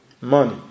Money